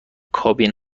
کابین